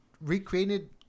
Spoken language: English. recreated